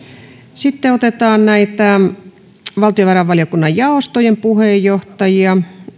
sitten otetaan valtiovarainvaliokunnan jaostojen puheenjohtajia